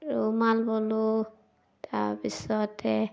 ৰুমাল ব'লোঁ তাৰপিছতে